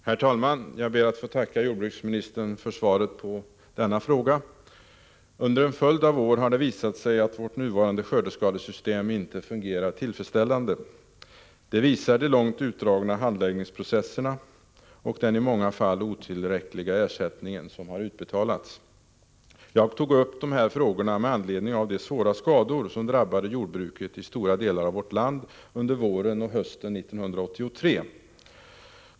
Herr talman! Jag ber att få tacka jordbruksministern för svaret på min fråga. Under en följd av år har det visat sig att vårt nuvarande skördeskadesystem inte fungerar tillfredsställande. Det visar de långt utdragna handläggningsprocesserna och den i många fall otillräckliga ersättning som har utbetalats. Jag tog upp de här frågorna med anledning av de svåra skador som drabbade jordbruket i stora delar av vårt land under våren och hösten 1983.